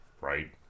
Right